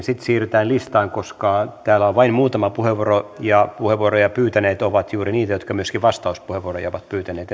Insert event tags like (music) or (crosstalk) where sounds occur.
(unintelligible) sitten siirrytään listaan koska täällä on vain muutama puheenvuoro ja puheenvuoroja pyytäneet ovat juuri niitä jotka myöskin vastauspuheenvuoroja ovat pyytäneet (unintelligible)